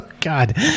God